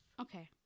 Okay